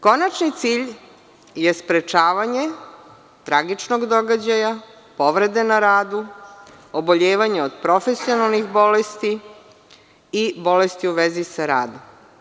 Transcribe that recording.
Konačni cilj je sprečavanje tragičnog događaja, povrede na radu, oboljevanja od profesionalnih bolesti i bolesti u vezi sa radom.